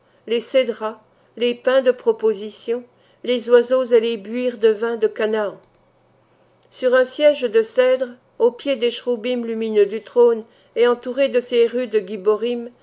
les cédrats les pains de proposition les oiseaux et les buires de vins de chanaan sur un siège de cèdre aux pieds des chroubïm lumineux du trône et entouré de ses rudes guibborim